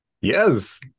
Yes